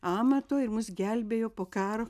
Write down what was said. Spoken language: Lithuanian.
amato ir mus gelbėjo po karo